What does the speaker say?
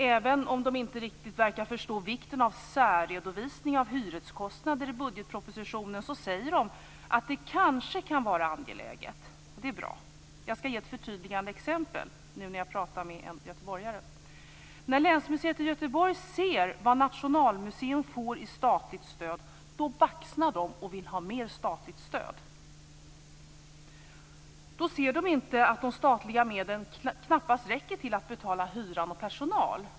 Även om de inte riktigt verkar förstå vikten av särredovisning av hyreskostnader i budgetpropositionen så säger de att det kanske kan vara angeläget. Det är bra. Jag skall ge ett förtydligande exempel nu när jag pratar med en göteborgare. När länsmuseet i Göteborg ser vad Nationalmuseum får i statligt stöd baxnar de och vill ha mer statligt stöd. Då ser de inte att de statliga medlen knappast räcker till att betala hyran och personalen.